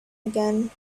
again